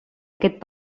aquest